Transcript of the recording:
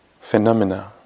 phenomena